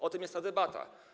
O tym jest ta debata.